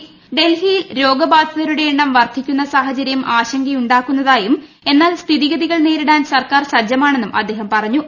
്ഡൽഹിയിൽ രോഗബാധിതരുടെ എണ്ണം വർധിക്കുന്ന സാഹചരൃം ആശങ്കയുണ്ടാക്കുന്നതായും എന്നാൽ സ്ഥിതി ഗതികൾ നേരിടാൻ സർക്കാർ സജ്ജമാണെന്നും അദ്ദേഹം പറഞ്ഞു